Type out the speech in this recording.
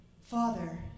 Father